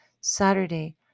Saturday